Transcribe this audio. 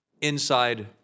inside